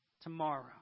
tomorrow